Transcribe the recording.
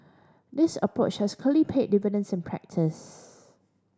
this approach has clearly paid dividends in practice